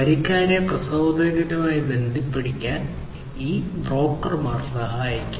വരിക്കാരെ പ്രസാധകരുമായി ബന്ധിപ്പിക്കാൻ ഈ ബ്രോക്കർമാർ സഹായിക്കും